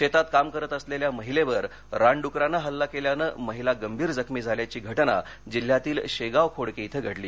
शेतात काम करीत असलेल्या महिलेवर रानडुकराने हल्ला केल्यानं महिला गंभीर जखमी झाल्याची घटना जिल्ह्यातील शेगांव खोडके इथं घडली